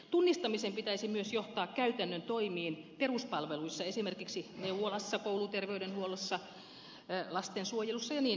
tunnistamisen pitäisi myös johtaa käytännön toimiin peruspalveluissa esimerkiksi neuvolassa kouluterveydenhuollossa lastensuojelussa ja niin edelleen